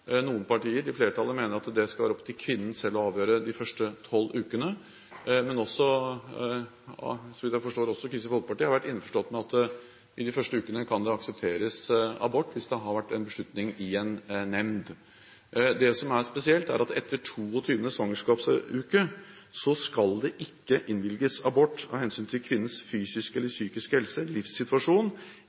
Flertallet mener at det skal det være opp til kvinnen selv å avgjøre de første 12 ukene, men også Kristelig Folkeparti – så vidt jeg forstår – har vært innforstått med at i de første ukene kan det aksepteres abort hvis det har vært en beslutning i en nemnd. Det som er spesielt, er at etter 22. svangerskapsuke skal det ikke innvilges abort av hensyn til kvinnens fysiske eller psykiske helse, livssituasjon